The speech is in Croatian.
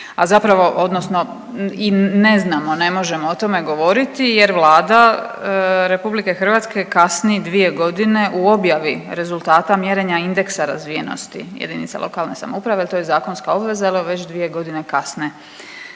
a zapravo, odnosno i ne znamo, ne možemo o tome govoriti jer Vlada RH kasni dvije godine u objavi rezultata mjerenja indeksa razvijenosti jedinica lokalne samouprave, jer to je zakonska obveza jer već dvije godine kasne